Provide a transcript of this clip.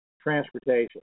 transportation